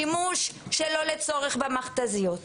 שימוש שלא לצורך במכת"זיות,